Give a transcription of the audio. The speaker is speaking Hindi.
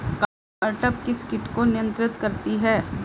कारटाप किस किट को नियंत्रित करती है?